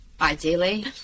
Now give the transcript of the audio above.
ideally